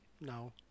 No